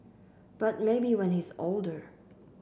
but maybe when he's older